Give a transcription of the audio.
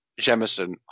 Jemison